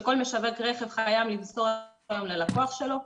שכל משווק רכב חייב למסור אותם ללקוח שלו.